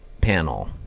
panel